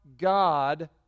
God